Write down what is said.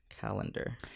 calendar